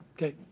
Okay